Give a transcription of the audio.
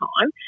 time